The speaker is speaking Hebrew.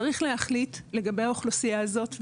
צריך להחליט לגבי האוכלוסייה הזאת.